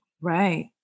Right